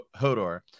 Hodor